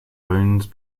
bones